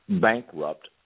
bankrupt